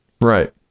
Right